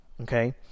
okay